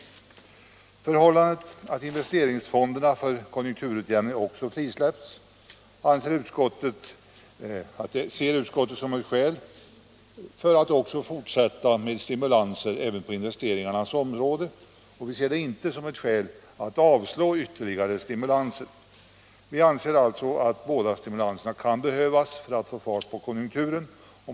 Även det förhållandet att investeringsfonderna för konjunkturutjämning också frisläppts ser utskottet som ett skäl för att fortsätta med stimulanser på investeringarnas område — vi ser det inte som ett skäl för att avslå ytterligare stimulanser. Vi anser alltså att båda stimulanserna kan behövas för att få fart på konjunkturen.